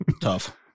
tough